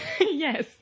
yes